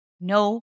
no